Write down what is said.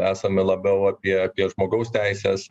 esame labiau apie apie žmogaus teises